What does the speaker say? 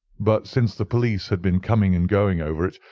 but since the police had been coming and going over it,